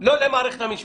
לא למערכת המשפט.